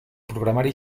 programari